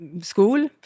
school